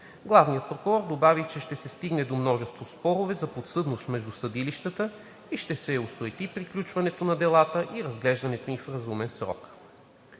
Главният прокурор добави, че ще се стигне до множество спорове за подсъдност между съдилищата, ще се осуети приключването на делата и разглеждането им в разумен срок.